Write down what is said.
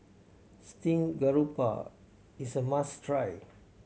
steame garoupa is a must try